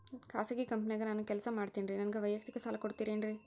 ಖಾಸಗಿ ಕಂಪನ್ಯಾಗ ನಾನು ಕೆಲಸ ಮಾಡ್ತೇನ್ರಿ, ನನಗ ವೈಯಕ್ತಿಕ ಸಾಲ ಕೊಡ್ತೇರೇನ್ರಿ?